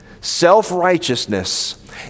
Self-righteousness